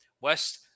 West